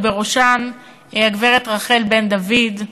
ובראשן הגברת רחל בן דוד,